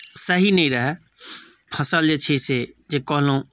सही नहि रहए फसल जे छै से जे कहलहुँ